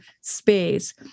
space